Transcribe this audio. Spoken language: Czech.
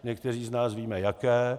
Někteří z nás víme, jaké.